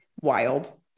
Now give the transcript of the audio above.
Wild